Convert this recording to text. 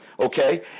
Okay